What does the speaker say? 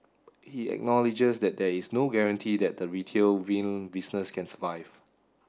he acknowledges that there is no guarantee that the retail vinyl business can survive